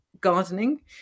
gardening